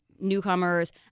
newcomers